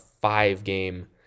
five-game